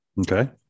Okay